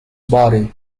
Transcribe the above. body